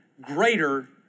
greater